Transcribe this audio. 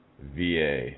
VA